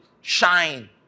shine